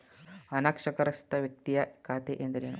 ಅನಕ್ಷರಸ್ಥ ವ್ಯಕ್ತಿಯ ಖಾತೆ ಎಂದರೇನು?